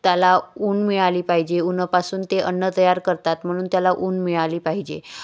त्याला ऊन मिळाली पाहिजे ऊनापासून ते अन्न तयार करतात म्हणून त्याला ऊन मिळाली पाहिजे